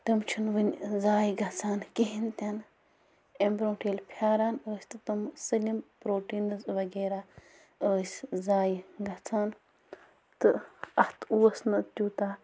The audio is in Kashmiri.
تِم چھِنہٕ وٕنہِ ضایع گژھان کِہیٖنۍ تہِ نہٕ اَمہِ برٛونٛٹھ ییٚلہِ پھیٛاران ٲسۍ تہٕ تِم سٲلِم پرٛوٹیٖنٕز وغیرہ ٲسۍ ضایع گژھان تہٕ اَتھ اوس نہٕ تیوٗتاہ